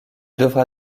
devra